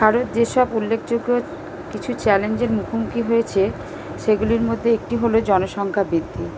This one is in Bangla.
ভারত যেসব উল্লেখযোগ্য কিছু চ্যালেঞ্জের মুখোমুখি হয়েছে সেগুলির মধ্যে একটি হলো জনসংখ্যা বৃদ্ধি